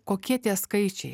kokie tie skaičiai